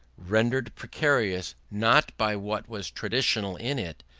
rendered precarious not by what was traditional in it,